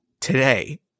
today